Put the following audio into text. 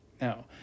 Now